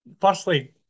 Firstly